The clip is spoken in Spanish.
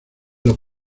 los